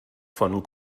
von